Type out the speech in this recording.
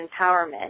empowerment